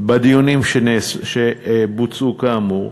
בדיונים שבוצעו כאמור.